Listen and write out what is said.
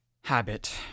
Habit